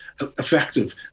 effective